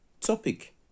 Topic